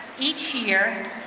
each year,